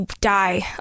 die